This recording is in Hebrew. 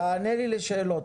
תענה לי לשאלות,